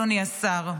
אדוני השר.